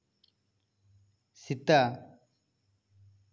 ᱥᱮᱛᱟ